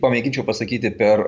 pamėginčiau pasakyti per